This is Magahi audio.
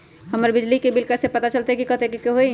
हमर बिजली के बिल कैसे पता चलतै की कतेइक के होई?